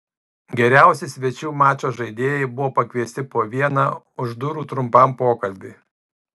geriausi svečių mačo žaidėjai buvo pakviesti po vieną už durų trumpam pokalbiui